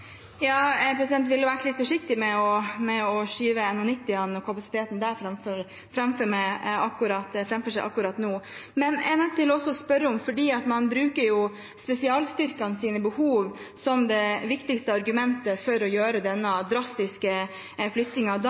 ville vært litt forsiktig med å skyve NH90 og den kapasiteten framfor meg akkurat nå. Men jeg er nødt til å spørre om det, fordi man bruker spesialstyrkenes behov som det viktigste argumentet for å gjøre denne drastiske